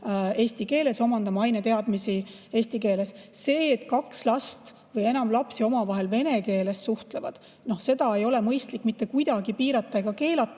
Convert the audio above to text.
eesti keeles, omandama aineteadmisi eesti keeles. Seda, et kaks last või enam lapsi omavahel vene keeles suhtlevad, ei ole mõistlik mitte kuidagi piirata ega keelata.